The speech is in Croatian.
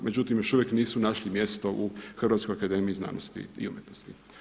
Međutim, još uvijek nisu našli mjesto u Hrvatskoj akademiji znanosti i umjetnosti.